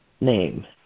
name